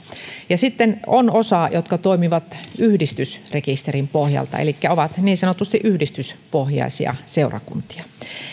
ja sitten osa toimii yhdistysrekisterin pohjalta eli on niin sanotusti yhdistyspohjaisia seurakuntia